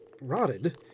rotted